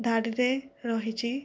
ଧାଡ଼ିରେ ରହିଛି